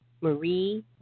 Marie